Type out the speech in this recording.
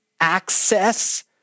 access